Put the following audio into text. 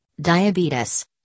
diabetes